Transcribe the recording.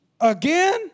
Again